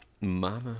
Mama